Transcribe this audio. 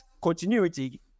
continuity